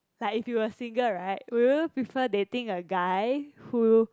like if you were single right will you prefer dating a guy who